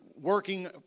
working